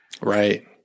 Right